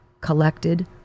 collected